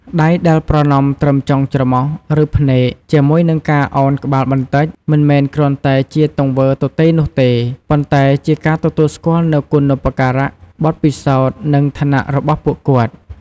ដៃដែលប្រណម្យត្រឹមចុងច្រមុះ ឬភ្នែក ជាមួយនឹងការអោនក្បាលបន្តិច មិនមែនគ្រាន់តែជាទង្វើទទេនោះទេ ប៉ុន្តែជាការទទួលស្គាល់នូវគុណូបការៈ បទពិសោធន៍ និងឋានៈរបស់ពួកគាត់។